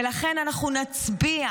ולכן אנחנו נצביע,